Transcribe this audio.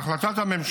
בתאריך